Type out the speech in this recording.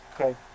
okay